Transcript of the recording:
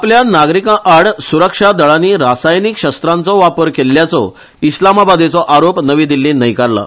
आपल्या नागरीकांआड सुरक्षा दळानी रासायनीक शस्त्रांचो वापर केल्ल्याचो इस्लामाबादेचो आरोप नवी दिल्लींन न्हयकारला